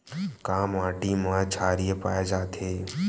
का माटी मा क्षारीय पाए जाथे?